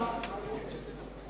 נחמן שי,